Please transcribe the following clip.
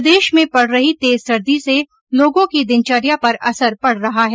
प्रदेश में पड़ रही तेज सर्दी से लोगों की दिनचर्या पर असर पड रहा है